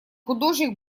художник